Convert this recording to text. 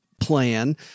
plan